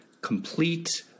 complete